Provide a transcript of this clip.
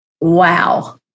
Wow